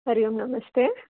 हरिः ओं नमस्ते